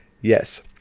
Yes